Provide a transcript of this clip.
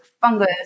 fungus